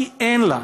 כי אין לה.